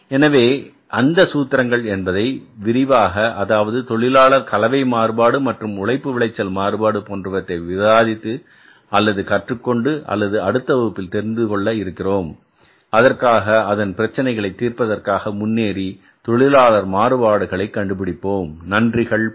எனவே அந்த சூத்திரங்கள் என்பதை விரிவாக அதாவது தொழிலாளர் கலவை மாறுபாடு மற்றும் உழைப்பு விளைச்சல் மாறுபாடு போன்றவற்றை விவாதித்து அல்லது கற்றுக்கொண்டு அல்லது அடுத்த வகுப்பில் தெரிந்துகொள்ள இருக்கிறோம் அதற்காக அதன் பிரச்சினைகளை தீர்ப்பதற்காக முன்னேறி தொழிலாளர் மாறுபாடுகளை கண்டுபிடிப்போம் நன்றிகள் பல